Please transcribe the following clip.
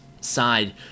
side